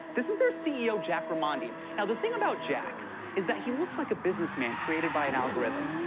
this is their ceo jack remondi. now, the thing about jack is that he looks like a businessman created by an algorithm.